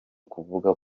kuvuga